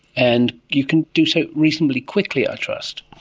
and you can do so reasonably quickly i trust?